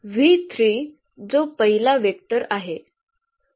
जो पहिला वेक्टर आहे